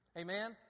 Amen